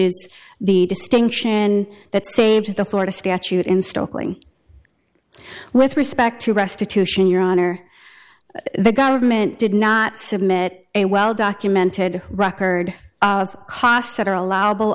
is the distinction in that same to the florida statute in stalking with respect to restitution your honor the government did not submit a well documented record of costs that are allowable